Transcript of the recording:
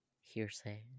hearsay